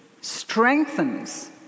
strengthens